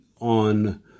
on